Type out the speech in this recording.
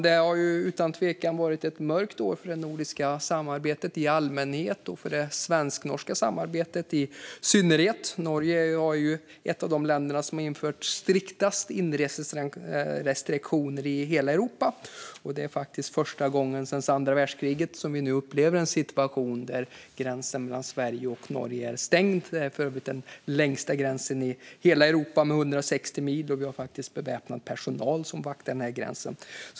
Det har utan tvekan varit ett mörkt år för det nordiska samarbetet i allmänhet och det svensk-norska samarbetet i synnerhet. Norge är ett av de länder som har infört striktast inreserestriktioner i hela Europa. Det är första gången sedan andra världskriget som vi upplever en situation där gränsen mellan Sverige och Norge är stängd. Det är för övrigt den längsta gränsen i hela Europa, 160 mil, och det är faktiskt beväpnad personal som vaktar den gränsen.